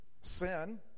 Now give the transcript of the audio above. sin